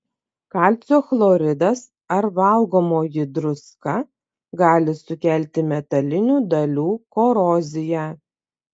kalcio chloridas ar valgomoji druska gali sukelti metalinių dalių koroziją